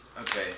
Okay